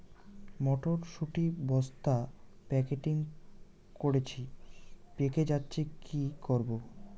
মটর শুটি বস্তা প্যাকেটিং করেছি পেকে যাচ্ছে কি করব?